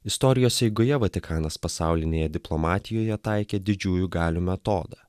istorijos eigoje vatikanas pasaulinėje diplomatijoje taikė didžiųjų galių metodą